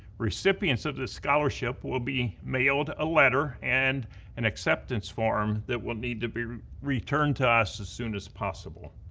recipients of this scholarship will be mailed a letter and an acceptance form that will need to be returned to us as soon as possible.